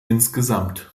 insgesamt